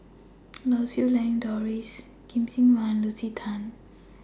Lau Siew Lang Doris Lim Kim San and Lucy Tan